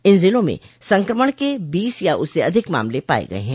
इन जिलों में संक्रमण के बीस या उससे अधिक मामले पाये गये हैं